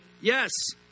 yes